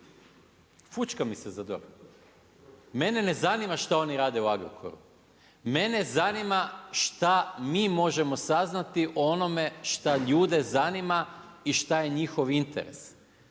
fućka mi se za DORH. Mene ne zanima šta oni rade u Agrokoru, mene zanima šta mi možemo saznati o onome šta ljude zanima i šta je njihov interes.